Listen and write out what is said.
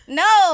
no